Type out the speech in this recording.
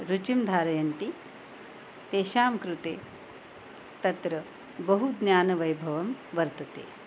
रुचिं धारयन्ति तेषां कृते तत्र बहुज्ञानवैभवं वर्तते